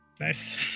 Nice